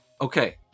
Okay